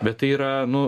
bet tai yra nu